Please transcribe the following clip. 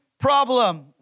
problem